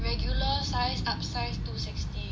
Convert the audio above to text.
regular size upsize two sixty